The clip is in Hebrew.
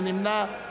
מי נמנע.